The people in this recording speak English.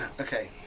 okay